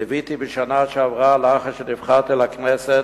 ליוויתי בשנה שעברה, לאחר שנבחרתי לכנסת,